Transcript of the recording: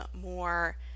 more